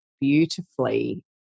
beautifully